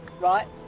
right